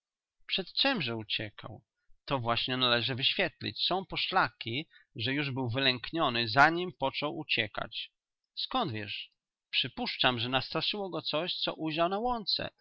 przed czemże uciekał to właśnie należy wyświetlić są poszlaki że już był wylękniony zanim począł uciekać skąd wiesz przypuszczam że nastraszyło go coś co ujrzał